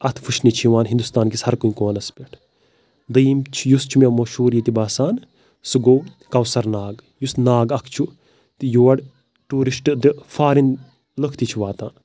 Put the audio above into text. اَتھ وٕچھنہِ چھِ یِوان ہِندُستانکِس ہر کُنہ کوٗنَس پٮ۪ٹھ دوٚیِم چھُ یُس چھُ مےٚ مشہوٗر ییٚتہِ باسان سُہ گوٚو کَوثَر ناگ یُس ناگ اَکھ چھُ تہٕ یور ٹیوٗرِسٹ دِ فارِن لُکھ تہِ چھِ واتَان